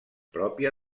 pròpia